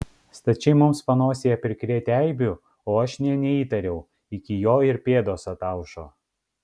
stačiai mums panosėje prikrėtę eibių o aš nė neįtariau iki jo ir pėdos ataušo